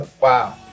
Wow